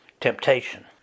temptation